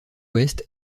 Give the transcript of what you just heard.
ouest